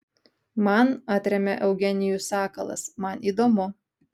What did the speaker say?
man atremia eugenijus sakalas man įdomu